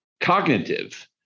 cognitive